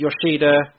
Yoshida